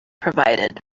provided